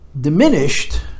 diminished